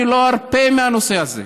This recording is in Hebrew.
אני לא ארפה מהנושא הזה,